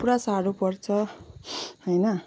पुरा साह्रो पर्छ होइन